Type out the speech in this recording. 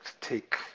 take